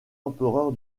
empereur